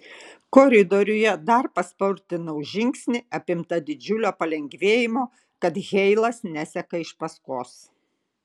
koridoriuje dar paspartinau žingsnį apimta didžiulio palengvėjimo kad heilas neseka iš paskos